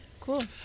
Cool